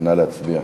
נא להצביע.